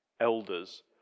elders